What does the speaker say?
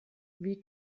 wie